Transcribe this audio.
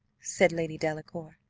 said lady delacour.